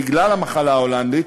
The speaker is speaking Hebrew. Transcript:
בגלל המחלה ההולנדית,